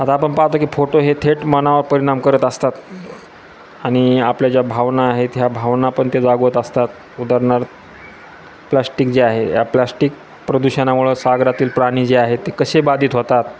आता आपण पाहतो की फोटो हे थेट मनावर परिणाम करत असतात आणि आपल्या ज्या भावना आहेत ह्या भावना पण ते जागवत असतात उदाहरणार्थ प्लास्टिक जे आहे या प्लास्टिक प्रदूषणामुळं सागरातील प्राणी जे आहे ते कसे बाधित होतात